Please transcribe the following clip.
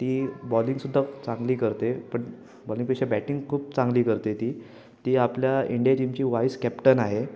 ती बॉलिंग सुद्धा चांगली करते पण बॉलिंगपेक्षा बॅटिंग खूप चांगली करते ती ती आपल्या इंडिया टीमची वाईस कॅप्टन आहे